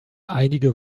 einige